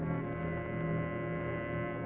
the